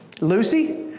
Lucy